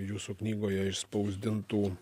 jūsų knygoje išspausdintų